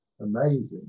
amazing